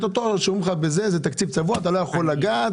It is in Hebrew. אותו או שאומרים לך שזה התקציב צבוע ואתה לא יכול לגעת.